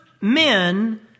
men